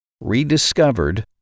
rediscovered